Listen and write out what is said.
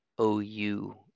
OU